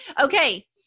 okay